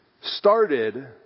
started